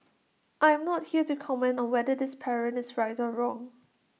I am not here to comment on whether this parent is right or wrong